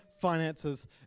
finances